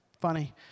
Funny